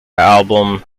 album